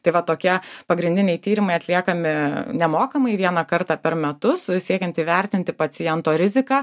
tai va tokie pagrindiniai tyrimai atliekami nemokamai vieną kartą per metus siekiant įvertinti paciento riziką